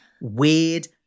weird